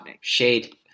shade